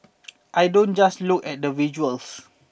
I don't just look at the visuals